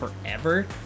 forever